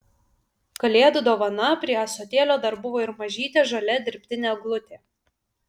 kalėdų dovana prie ąsotėlio dar buvo ir mažytė žalia dirbtinė eglutė